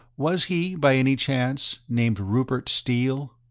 was he, by any chance, named rupert steele?